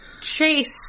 Chase